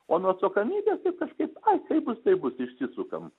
o nuo atsakomybės taip kažkaip ai kaip bus taip bus išsisukam